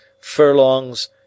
furlongs